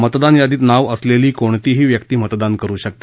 मतदान यादीत नाव असलेली कोणतीही व्यक्ती मतदान करू शकते